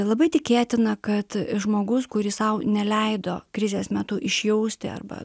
labai tikėtina kad žmogus kuris sau neleido krizės metu išjausti arba